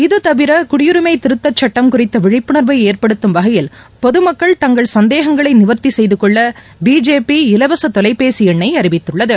இது தவிர குடியுரிமை திருத்தச் சுட்டம் குறித்த விழிப்புணர்வை ஏற்படுத்தும் வகையில் பொதுமக்கள் தங்கள் சந்தேகங்களை நிவர்த்தி செய்து கொள்ள பிஜேபி இலவச தொலைபேசி எண்ணை அறிவித்துள்ளது